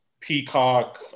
Peacock